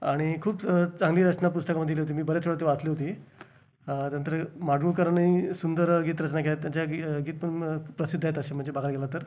आणि खूप चांगली रचना पुस्तकामध्ये लिहिली होती मी बऱ्याच वेळा ती वाचली होती नंतर माडगूळकरांनी सुंदर गीतरचना केल्या आहेत त्यांच्या गी गीत पण प्रसिद्ध आहेत असे म्हणजे बघायला गेलं तर